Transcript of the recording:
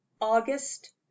august